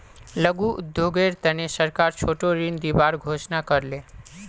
लघु उद्योगेर तने सरकार छोटो ऋण दिबार घोषणा कर ले